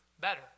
better